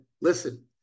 listen